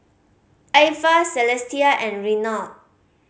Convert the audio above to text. Ivah Celestia and Renard